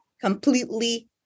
completely